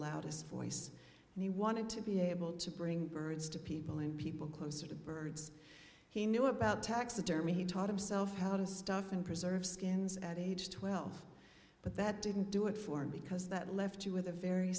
loudest voice and he wanted to be able to bring birds to people and people closer to birds he knew about taxidermy he taught himself how to stuff and preserve skins at age twelve but that didn't do it for him because that left you with a very